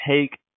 take